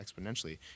exponentially